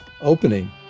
opening